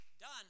Done